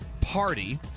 party